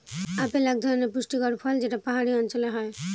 apple এক ধরনের পুষ্টিকর ফল যেটা পাহাড়ি অঞ্চলে হয়